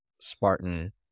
Spartan